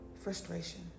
Frustration